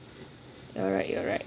you are right you are right